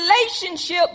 relationship